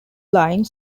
line